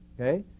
Okay